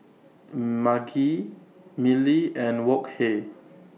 Maggi Mili and Wok Hey